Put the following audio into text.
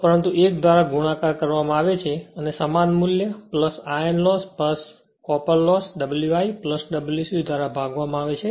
પરંતુ 1 દ્વારા ગુણાકાર કરવામાં આવે છે અને સમાન મૂલ્ય iron loss copper loss Wi W c દ્વારા ભાગવામાં આવે છે